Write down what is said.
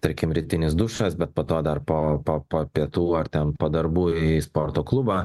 tarkim rytinis dušas bet po to dar po po po pietų ar ten po darbų į sporto klubą